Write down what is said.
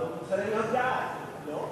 אבל הוא צריך להיות בעד, לא?